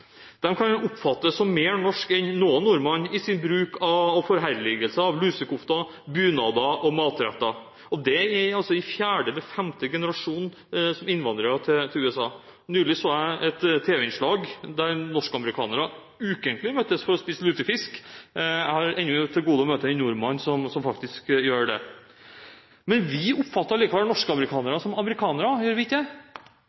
kan oppfattes som å være mer norsk enn noen nordmann i sin forherligelse og bruk av lusekofter, bunader og matretter, og det er altså fjerde eller femte generasjons innvandrere til USA. Nylig så jeg et tv-innslag der norskamerikanere ukentlig møttes for å spise lutefisk. Jeg har ennå til gode å møte en nordmann som faktisk gjør det. Men vi oppfatter likevel norskamerikanere som amerikanere